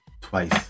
twice